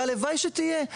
והלוואי שתהיה,